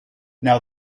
now